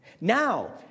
Now